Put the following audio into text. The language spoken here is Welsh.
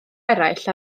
eraill